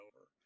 over